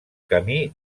camí